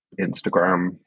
Instagram